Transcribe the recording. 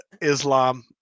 Islam